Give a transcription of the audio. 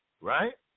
right